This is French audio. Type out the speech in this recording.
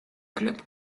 clubs